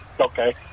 Okay